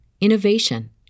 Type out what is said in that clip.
innovation